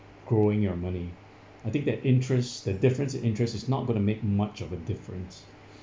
growing your money I think that interest the difference interests is not going to make much of a difference